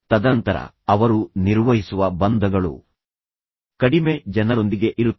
ಹಾಗೆ ಅವನು ಏಕೆ ಕೋಪಗೊಂಡನು ಎಂಬುದನ್ನು ನೀವು ಕಂಡುಹಿಡಿಯಬೇಕು